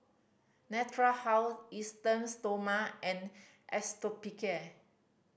Natura House Esteem Stoma and Hospicare